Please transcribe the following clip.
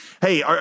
hey